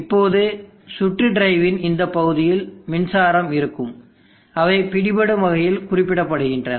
இப்போது சுற்று டிரைவின் இந்த பகுதியில் மின்சாரம் இருக்கும் அவை பிடிபடும் வகையில் குறிப்பிடப்படுகின்றன